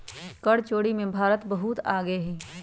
कर चोरी में भारत बहुत आगे हई